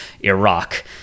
Iraq